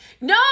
No